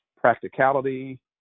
practicality